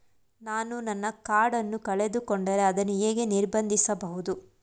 ನಾನು ನನ್ನ ಕಾರ್ಡ್ ಅನ್ನು ಕಳೆದುಕೊಂಡರೆ ಅದನ್ನು ಹೇಗೆ ನಿರ್ಬಂಧಿಸಬಹುದು?